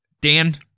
Dan